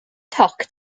toc